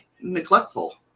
neglectful